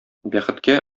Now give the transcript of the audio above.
бәхеткә